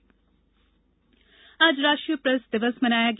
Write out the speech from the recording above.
राष्ट्रीय प्रेस दिवस आज राष्ट्रीय प्रेस दिवस मनाया गया